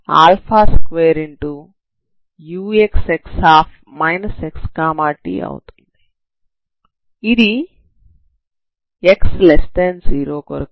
ఇది x0 కొరకు